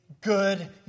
good